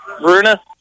Bruna